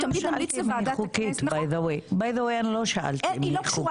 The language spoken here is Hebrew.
אנחנו תמיד נמליץ לוועדת הכנסת --- אני לא שאלתי אם היא חוקית.